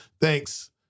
Thanks